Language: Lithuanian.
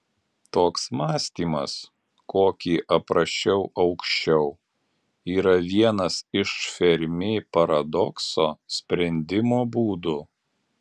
toks mąstymas kokį aprašiau aukščiau yra vienas iš fermi paradokso sprendimo būdų